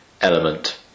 element